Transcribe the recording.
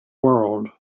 world